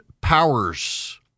powers